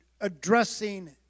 addressing